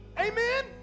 amen